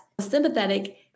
sympathetic